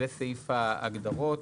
זה סעיף ההגדרות.